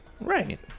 Right